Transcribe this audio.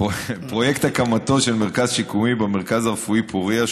פרויקט הקמתו של מרכז שיקומי במרכז הרפואי פוריה,